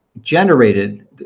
generated